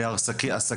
היו לא מעט עסקים.